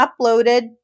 uploaded